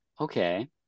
Okay